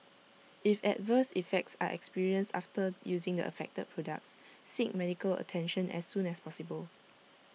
if adverse effects are experienced after using the affected products seek medical attention as soon as possible